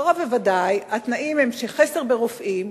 קרוב לוודאי שחסר ברופאים,